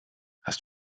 hast